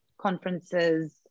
conferences